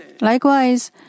Likewise